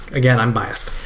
again i am biased.